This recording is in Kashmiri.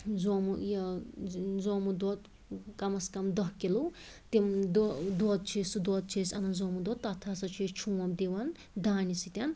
زومُت یہِ زومُت دۄدھ کم از کم دَہ کلوٗ تِم دۄدھ سُہ دۄدھ چھِ أسۍ انان زومُت دۄدھ تتھ ہَسا چھ أسۍ چھونٛمپ دِوان دانہِ سۭتۍ